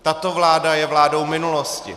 Tato vláda je vládou minulosti.